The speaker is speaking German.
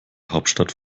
hauptstadt